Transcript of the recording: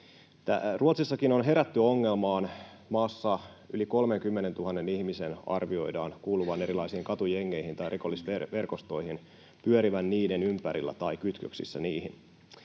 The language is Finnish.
Ruotsissakin on herätty siihen ongelmaan, että maassa yli 30 000 ihmisen arvioidaan kuuluvan erilaisiin katujengeihin tai rikollisverkostoihin, pyörivän niiden ympärillä tai olevan kytköksissä niihin.